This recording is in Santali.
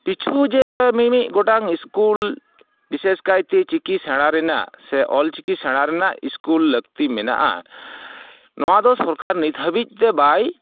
ᱯᱤᱪᱷᱩ ᱡᱮ ᱢᱤᱢᱤᱫ ᱜᱤᱚᱴᱟᱝ ᱤᱥᱠᱩᱞ ᱵᱤᱥᱮᱥ ᱠᱟᱭᱛᱮ ᱪᱤᱠᱤ ᱥᱮᱬᱟ ᱨᱮᱱᱟᱜ ᱥᱮ ᱚᱞᱪᱤᱠᱤ ᱥᱮᱬᱟ ᱨᱮᱱᱟᱜ ᱤᱥᱠᱩᱞ ᱞᱟᱹᱠᱛᱤ ᱢᱮᱱᱟᱜᱼᱟ ᱱᱚᱣᱟ ᱫᱚ ᱥᱚᱨᱠᱟᱨ ᱱᱤᱛ ᱦᱟᱺᱵᱤᱡ ᱛᱮ ᱵᱟᱭ